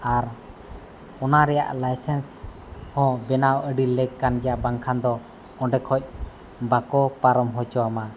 ᱟᱨ ᱚᱱᱟ ᱨᱮᱭᱟᱜ ᱦᱚᱸ ᱵᱮᱱᱟᱣ ᱟᱹᱰᱤ ᱞᱮᱠ ᱠᱟᱱ ᱜᱮᱭᱟ ᱵᱟᱝᱠᱷᱟᱱ ᱫᱚ ᱚᱸᱰᱮ ᱠᱷᱚᱡ ᱵᱟᱠᱚ ᱯᱟᱨᱚᱢ ᱦᱚᱪᱚ ᱟᱢᱟ